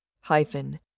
Hyphen